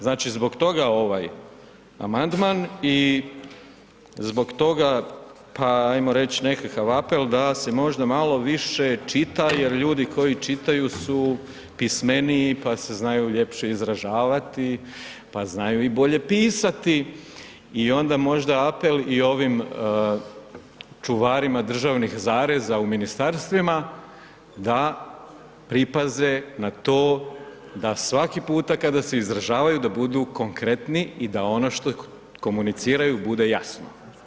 Znači zbog toga ovaj amandman i zbog toga, pa hajmo reći nekakav apel da se možda malo više čita jer ljudi koji čitaju su pismeniji, pa se znaju ljepše izražavati, pa znaju i bolje pisati i onda možda apel i ovim čuvarima državnih zareza u ministarstvima, da pripaze na to da svaki puta kada se izražavaju, da budu konkretni i da ono što komuniciraju bude jasno.